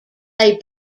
they